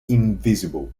invisible